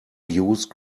use